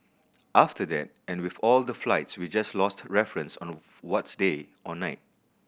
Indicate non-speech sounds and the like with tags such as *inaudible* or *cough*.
after that and with all the flights we just lost reference *unintelligible* of what's day or night